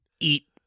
eat